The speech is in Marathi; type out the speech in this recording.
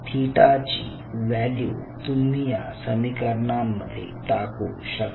थिटा ची व्हॅल्यू तुम्ही या समीकरणांमध्ये टाकू शकता